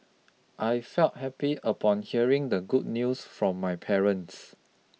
I felt happy upon hearing the good news from my parents